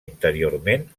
interiorment